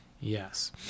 Yes